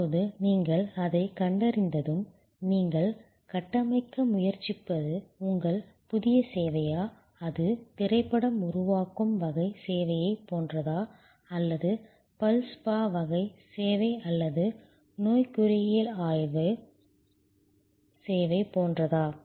இப்போது நீங்கள் அதைக் கண்டறிந்ததும் நீங்கள் கட்டமைக்க முயற்சிப்பது உங்கள் புதிய சேவையா அது திரைப்படம் உருவாக்கும் வகை சேவையைப் போன்றதா அல்லது பல் ஸ்பா வகை சேவை அல்லது நோய்க்குறியியல் ஆய்வக வகை சேவை போன்றதா